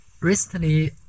recently